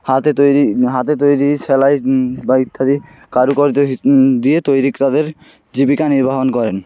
হাতে তৈরি হাতে তৈরি সেলাই বা ইত্যাদি কারুকর্য হিস দিয়ে তৈরি তাদের জীবিকা নির্বাহ করেন